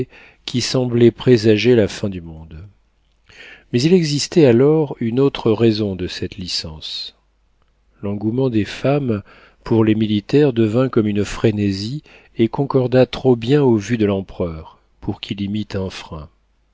qui semblait présager la fin du monde mais il existait alors une autre raison de cette licence l'engouement des femmes pour les militaires devint comme une frénésie et concorda trop bien aux vues de l'empereur pour qu'il y mît un frein